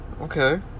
Okay